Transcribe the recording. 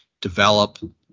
develop